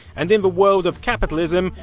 and in the world of capitalism,